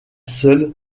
seul